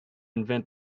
invent